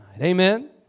amen